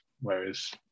whereas